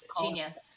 genius